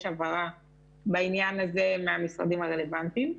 הבהרה בעניין הזה מהמשרדים הרלוונטיים.